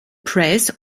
press